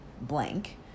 blank